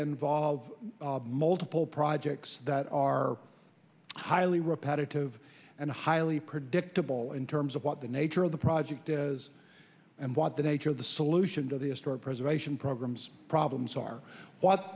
involve multiple projects that are highly repetitive and highly predictable in terms of what the nature of the project is and what the nature of the solution to the historic preservation program's problems are what